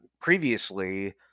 previously